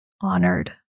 honored